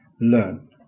learn